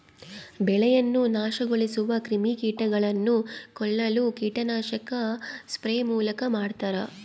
ಬೆಳೆಯನ್ನು ನಾಶಗೊಳಿಸುವ ಕ್ರಿಮಿಕೀಟಗಳನ್ನು ಕೊಲ್ಲಲು ಕೀಟನಾಶಕ ಸ್ಪ್ರೇ ಮೂಲಕ ಮಾಡ್ತಾರ